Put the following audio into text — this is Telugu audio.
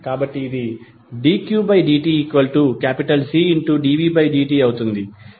కాబట్టి ఇది dqdtCdvdt అవుతుంది